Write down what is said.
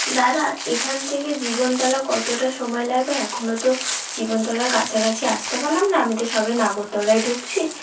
দাদা এখান থেকে জীবনতলা কতটা সময় লাগবে এখনো তো জীবনতলার কাছাকাছি আসতে পারলাম না আমি তো সবে নাগরতলায় ঢুকছি